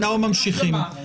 אנחנו ממשיכים.